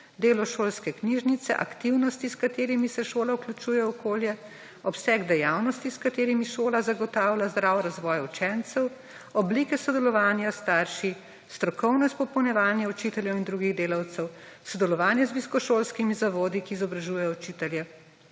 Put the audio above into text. delo šolske knjižnice, aktivnosti, s katerimi se šola vključuje v okolje, obseg dejavnosti, s katerimi šola zagotavlja zdrav razvoj učencev, oblike sodelovanja s starši, strokovno izpopolnjevanje učiteljev in drugih delavcev, sodelovanje z visokošolskimi zavodi, ki izobražujejo učitelje,